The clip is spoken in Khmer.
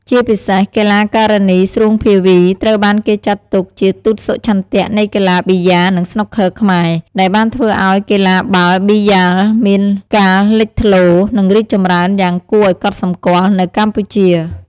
ជាពិសេសកីឡាការិនី ស្រួង ភាវី ត្រូវបានគេចាត់ទុកជាទូតសុឆន្ទៈនៃកីឡាប៊ីយ៉ា និងស្នូកឃ័រខ្មែរ ដែលបានធ្វើឲ្យកីឡាបាល់ប៊ីយ៉ាលនេះមានការលេចធ្លោ និងរីកចម្រើនយ៉ាងគួរឱ្យកត់សម្គាល់នៅ កម្ពុជា។